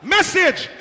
Message